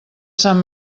sant